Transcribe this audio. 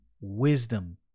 wisdom